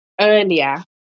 earlier